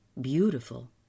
beautiful